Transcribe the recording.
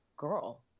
Girl